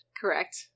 Correct